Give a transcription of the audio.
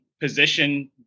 position